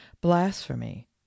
blasphemy